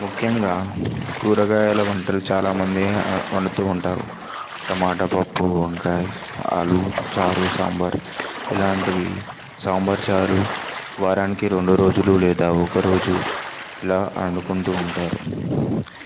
ముఖ్యంగా కూరగాయల వంటలు చాలా మంది వండుతూ ఉంటారు టమాటా పప్పు వంకాయ ఆలూ చారూ సాంబార్ ఇలాంటివి సాంబార్ చారూ వారానికి రెండు రోజులు లేదా ఒకరోజు ఇలా వండుకుంటూ ఉంటారు